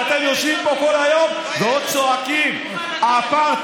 ואתם יושבים פה כל היום ועוד צועקים "אפרטהייד".